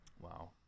Wow